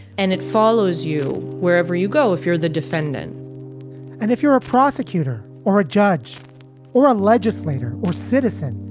and it follows you wherever you go if you're the defendant and if you're a prosecutor or a judge or a legislator or citizen,